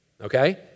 Okay